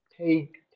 take